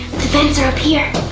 the vents are up here.